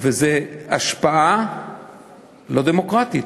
זאת השפעה לא דמוקרטית.